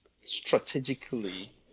strategically